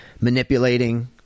manipulating